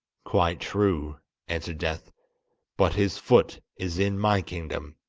quite true answered death but his foot is in my kingdom,